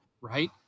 right